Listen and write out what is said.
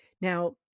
Now